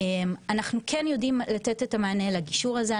אנחנו כן יודעים לתת את המענה לגישור הזה.